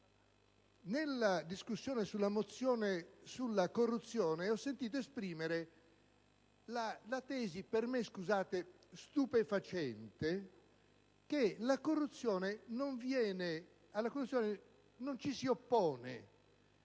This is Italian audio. nella discussione delle mozioni sulla corruzione ho sentito esprimere la tesi - per me, scusatemi, stupefacente - che alla corruzione non ci si oppone